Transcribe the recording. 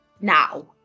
now